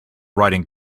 writing